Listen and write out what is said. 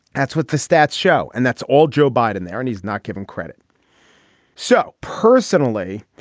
that's what the stats show and that's all joe biden there and he's not give him credit so personally.